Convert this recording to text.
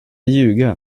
ljuga